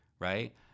right